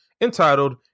entitled